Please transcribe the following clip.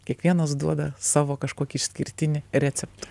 kiekvienas duoda savo kažkokį išskirtinį receptą